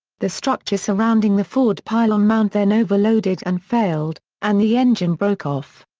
the structure surrounding the forward pylon mount then overloaded and failed, and the engine broke off.